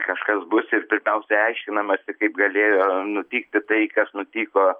kažkas bus ir pirmiausia aiškinamasi kaip galėjo nutikti tai kas nutiko